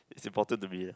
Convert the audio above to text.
it's important to me